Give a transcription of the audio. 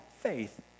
faith